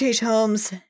Holmes